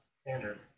standard